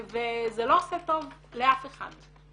וזה לא עושה טוב לאף אחד.